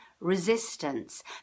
resistance